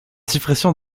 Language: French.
suppression